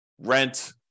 rent